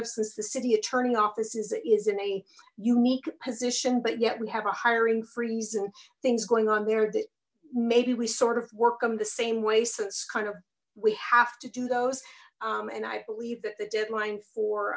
since the city attorney offices is in a unique position but yet we have a hiring freeze and things going on there that maybe we sort of work them the same way so it's kind of we have to do those and i believe that the deadline for